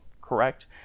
correct